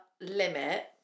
limit